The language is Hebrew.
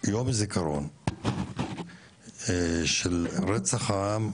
יום הזיכרון של רצח העם,